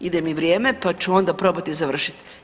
Ide mi vrijeme pa ću onda probati završiti.